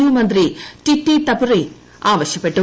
U മന്ത്രി ടിറ്റി തപുറയ്നൻ ആവശ്യപ്പെട്ടു